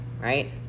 right